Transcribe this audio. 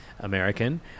American